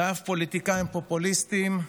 ואף פוליטיקאים פופוליסטים,